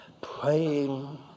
praying